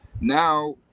now